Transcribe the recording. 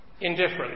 indifferent